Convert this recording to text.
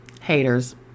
Haters